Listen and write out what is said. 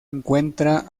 encuentra